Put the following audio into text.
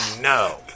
no